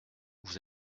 vous